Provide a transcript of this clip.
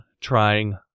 trying